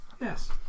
Yes